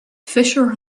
fisher